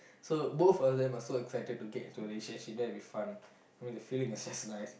so both of them are so excited to get into a relationship that will be fun I mean the feeling is just nice